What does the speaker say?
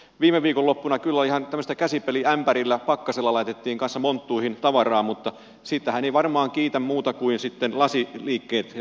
viime viikonloppuna kyllä ihan tämmöisellä käsipeliämpärillä pakkasella laitettiin kanssa monttuihin tavaraa mutta siitähän eivät varmaan kiitä muut kuin sitten lasiliikkeet ja yhtiöt